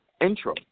intro